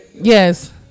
Yes